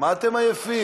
מה אתם עייפים?